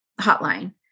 hotline